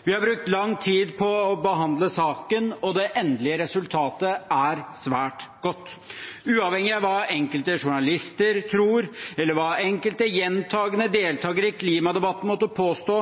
Vi har brukt lang tid på å behandle saken, og det endelige resultatet er svært godt. Uavhengig av hva enkelte journalister tror, eller hva enkelte gjentakende deltakere i klimadebatten måtte påstå,